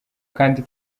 kandi